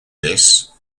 this